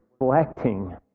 reflecting